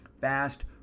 fast